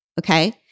Okay